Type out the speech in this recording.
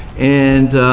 and